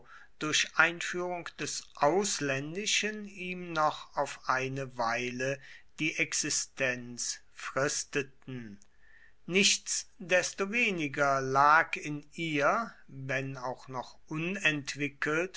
durch einführung des ausländischen ihm noch auf eine weile die existenz fristeten nichtsdestoweniger lag in ihr wenn auch noch